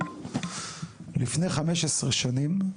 לפני 15 שנים,